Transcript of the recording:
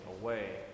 away